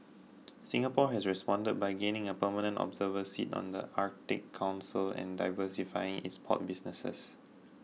Singapore has responded by gaining a permanent observer seat on the Arctic Council and diversifying its port businesses